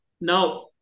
Now